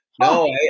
No